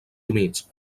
humits